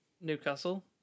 Newcastle